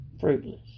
fruitless